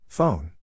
Phone